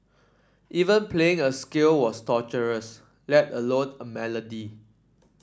even playing a scale was torturous let alone a melody